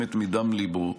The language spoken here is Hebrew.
באמת מדם ליבו,